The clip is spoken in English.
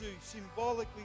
symbolically